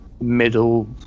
middle